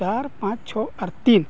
ᱪᱟᱨ ᱯᱟᱸᱪ ᱪᱷᱚ ᱟᱨ ᱛᱤᱱ